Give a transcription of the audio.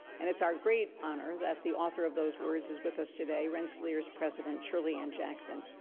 and it's our great honor that the author of those words is with us today, rensselaer's president shirley ann jackson.